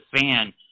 fan